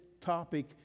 topic